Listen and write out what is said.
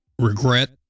regret